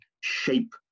shape